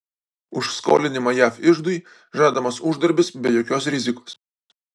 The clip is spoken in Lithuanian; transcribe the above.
už skolinimą jav iždui žadamas uždarbis be jokios rizikos